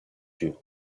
yeux